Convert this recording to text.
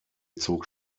zog